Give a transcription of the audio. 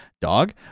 dog